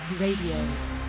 Radio